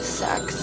sex